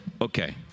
okay